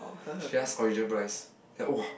is just original price then !!wah!!